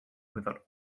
without